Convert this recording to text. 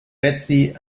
betsy